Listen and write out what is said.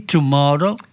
Tomorrow